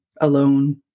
alone